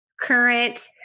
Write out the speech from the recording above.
current